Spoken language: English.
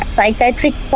psychiatric